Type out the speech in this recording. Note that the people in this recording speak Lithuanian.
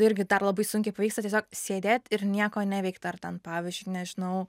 irgi dar labai sunkiai pavyksta tiesiog sėdėt ir nieko neveikt ar ten pavyzdžiui nežinau